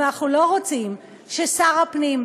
אבל אנחנו לא רוצים ששר הפנים,